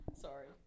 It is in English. Sorry